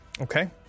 Okay